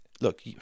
Look